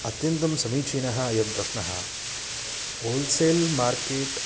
अत्यन्तं समीचीनः अयं प्रश्नः होल्सेल् मार्केट्